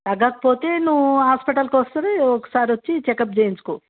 తగ్గకపోతే నువ్వు హాస్పిటల్కి వస్తుంది ఒకసారి వచ్చి చెకప్ చేయించుకో